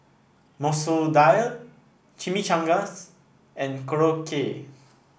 Masoor Dal Chimichangas and Korokke